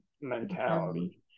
mentality